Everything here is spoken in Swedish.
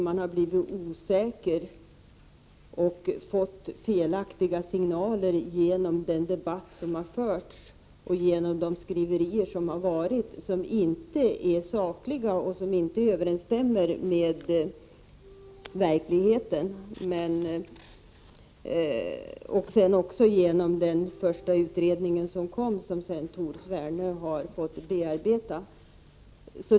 Man har blivit osäker och fått felaktiga signaler genom den debatt som har förts och genom de skriverier som förekommit, som inte är sakliga och som inte överensstämmer med verkligheten. Detta gäller också den första utredningen som Tord Sverne har fått bearbeta.